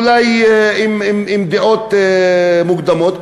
אולי עם דעות מוקדמות,